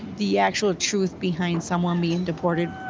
the actual truth behind someone being deported